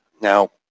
Now